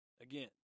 again